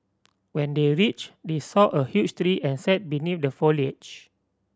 when they reached they saw a huge tree and sat beneath the foliage